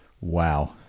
wow